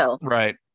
Right